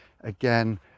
again